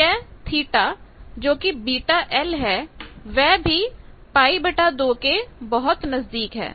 तो यह थीटा θ जो कि βl है वह भी π2 के बहुत नजदीक है